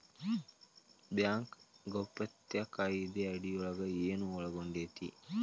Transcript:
Bank ಗೌಪ್ಯತಾ ಕಾಯಿದೆ ಅಡಿಯೊಳಗ ಏನು ಒಳಗೊಂಡೇತಿ?